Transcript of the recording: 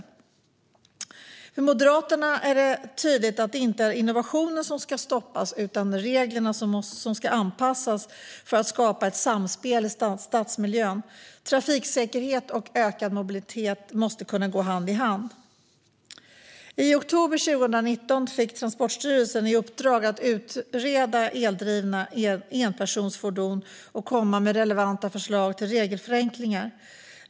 För oss i Moderaterna är det tydligt att det inte är innovationen som ska stoppas utan reglerna som ska anpassas för att ett samspel ska skapas i stadsmiljön. Trafiksäkerhet och ökad mobilitet måste kunna gå hand i hand. I oktober 2019 fick Transportstyrelsen i uppdrag att utreda eldrivna enpersonsfordon och komma med relevanta förslag till regelförenklingar.